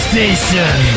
Station